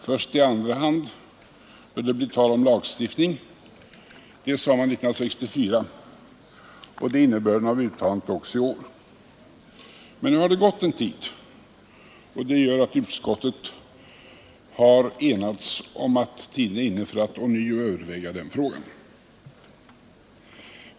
Först i andra hand bör det bli tal om lagstiftning, sade man 1964, och det är innebörden av uttalandet också i år. Men nu har det gått en tid, och det gör att utskottet har enats om att tiden är inne för att ånyo överväga den frågan.